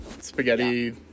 spaghetti